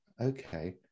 okay